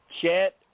Chet